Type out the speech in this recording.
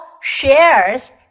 shares